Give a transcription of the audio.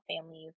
families